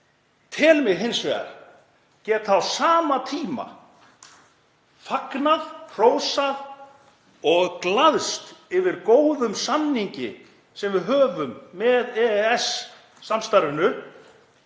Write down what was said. tel mig hins vegar geta á sama tíma fagnað, hrósað og glaðst yfir góðum samningi sem við höfum með EES-samstarfinu